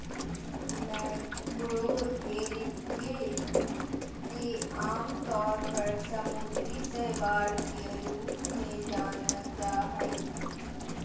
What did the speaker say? macroalgae के आमतौर पर समुद्री शैवाल के रूप में जानल जा हइ